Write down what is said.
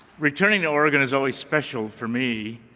returning to oregon is always special for me,